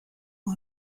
war